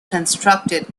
constructed